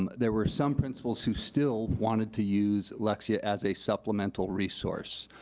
um there were some principals who still wanted to use lexia as a supplemental resource.